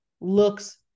looks